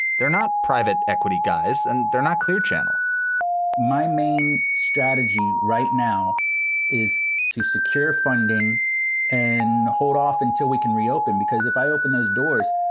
they're not private equity guys and they're not clear channel my main strategy right now is to secure funding and hold off until we can reopen, because if i open those doors,